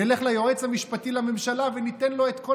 נלך ליועץ המשפטי לממשלה וניתן לו את כל